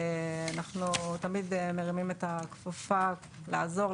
אנחנו תמיד מרימים את הכפפה לעזור,